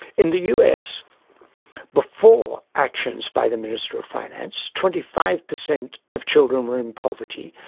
in the us before actions by the minister of finance, twenty five per cent of children were in poverty,